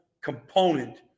component